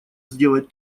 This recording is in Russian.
сделать